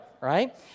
right